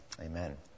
amen